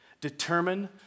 Determine